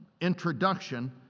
introduction